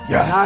Yes